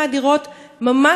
ממש לוקה בחסר.